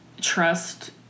trust